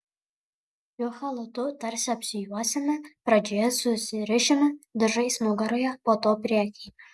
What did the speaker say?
šiuo chalatu tarsi apsijuosiame pradžioje susirišame diržais nugaroje po to priekyje